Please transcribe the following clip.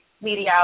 media